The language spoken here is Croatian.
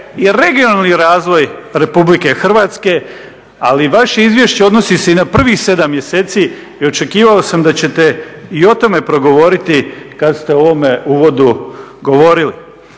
i regionalni razvoj RH, ali vaše izvješće odnosi se i na prvih 7 mjeseci i očekivao sam da ćete i o tome progovoriti kad ste u ovome uvodu govorili.